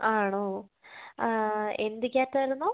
ആണോ എന്ത് ക്യാറ്റായിരുന്നു